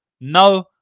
No